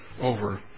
over